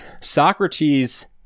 Socrates